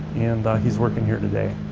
and he's working here today.